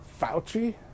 Fauci